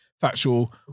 factual